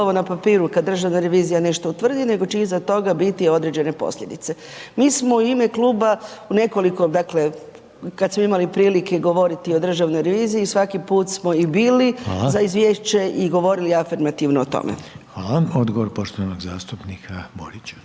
slovo na papiru kad Državna revizija nešto utvrdi, nego će iza toga biti određene posljedice. Mi smo u ime kluba u nekoliko, dakle, kad smo imali prilike govoriti o Državnoj reviziji, svaki put smo i bili za…/Upadica: Hvala/…izvješće i govorili afirmativno o tome. **Reiner, Željko (HDZ)** Hvala. Odgovor poštovanog zastupnika Borića.